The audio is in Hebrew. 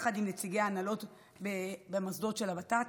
יחד עם נציגי הנהלות במוסדות של הוות"ת.